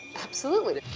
absolutely.